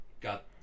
got